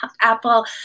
apple